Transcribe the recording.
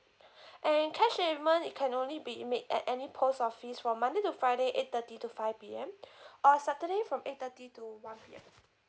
and cash payment it can only be made at any post office from monday to friday eight thirty to five P_M or saturday from eight thirty to one P_M